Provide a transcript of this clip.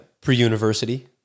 pre-university